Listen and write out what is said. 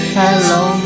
Hello